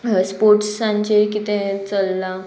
स्पोर्ट्सांचेर कितें चल्लां